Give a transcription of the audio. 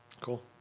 Cool